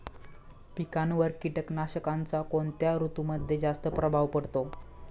पिकांवर कीटकनाशकांचा कोणत्या ऋतूमध्ये जास्त प्रभाव पडतो?